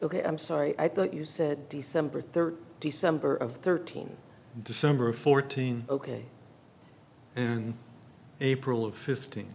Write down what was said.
ok i'm sorry i thought you said december thirty december of thirteen december of fourteen ok in april of fifteen